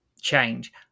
change